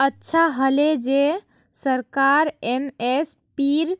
अच्छा हले जे सरकार एम.एस.पीर